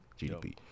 GDP